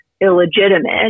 illegitimate